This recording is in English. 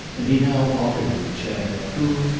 and he now offered it to chad, who,